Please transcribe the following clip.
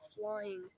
flying